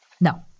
No